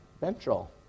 ventral